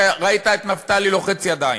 אתה ראית את נפתלי לוחץ ידיים,